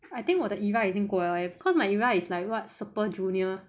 I think 我的 era 已经过了诶 cause my era is like what super junior